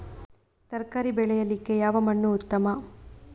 ತರಕಾರಿ ಬೆಳೆಯಲಿಕ್ಕೆ ಯಾವ ಮಣ್ಣು ಉತ್ತಮ?